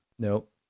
Nope